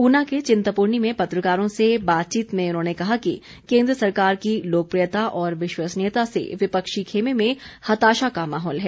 ऊना के चिंतपूर्णी में पत्रकारों से बातचीत में उन्होंने कहा कि केन्द्र सरकार की लोकप्रियता और विश्वसनीयता से विपक्षी खेमे में हताशा का माहौल है